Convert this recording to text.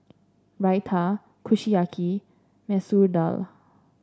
Raita Kushiyaki and Masoor Dal